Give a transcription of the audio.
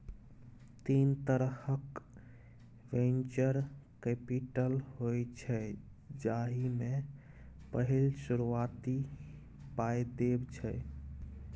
तीन तरहक venture capital होइ छै जाहि मे पहिल शुरुआती पाइ देब छै